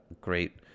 great